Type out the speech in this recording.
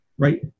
Right